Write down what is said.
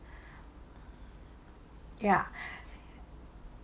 ya